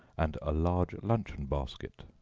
and a large luncheon-basket.